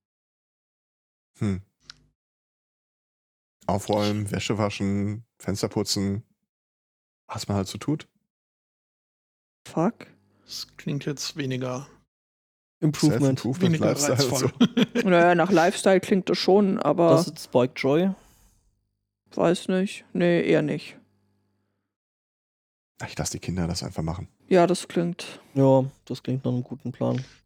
Hm. Aufräumen, Wäsche waschen, Fenster putzen, was man halt so tut. Fuck. Das klingt jetzt weniger Improvement. Self-improvement, weniger Lifestyle, reizvoll. also. Naja, nach Lifestyle klingt das schon, aber- Das ist Spike Joy? Weiß nicht. Nee, eher nicht. Ach, ich lass die Kinder das einfach machen. Ja, das klingt- Ja, das klingt nach einem guten Plan.